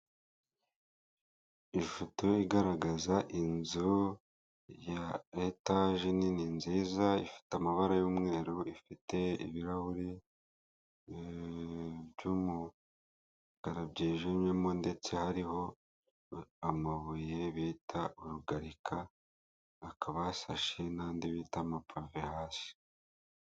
Ifoto igaragaza inzu ya etage nini nziza ifite amabara y'umweru, ifite ibirahuri by'umukara byijijwemo ndetse hariho amabuye bita urugarika akabasashe n'andi bita amapave hasi.